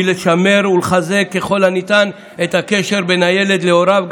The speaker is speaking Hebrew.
היא לשמר ולחזק ככל הניתן את הקשר בין הילד להוריו,